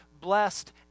blessed